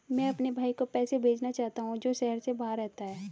मैं अपने भाई को पैसे भेजना चाहता हूँ जो शहर से बाहर रहता है